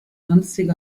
sonstige